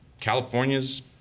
California's